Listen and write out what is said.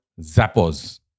Zappos